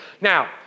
Now